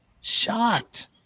shocked